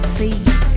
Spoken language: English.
Please